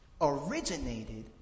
originated